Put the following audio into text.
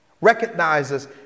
recognizes